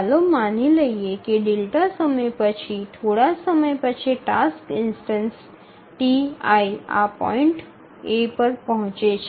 ચાલો માની લઈએ કે ડેલ્ટા સમય પછી થોડા સમય પછી ટાસ્ક ઇન્સ્ટનસ ti આ પોઈન્ટ એ પહોંચે છે